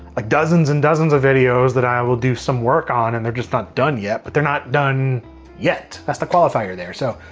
like dozens and dozens of videos that i will do some work on and they're just not done yet. but they're not done yet. that's the qualifier there. so,